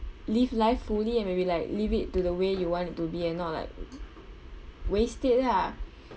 live live fully and maybe like live it to the way you want it to be and not like waste it ah